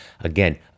again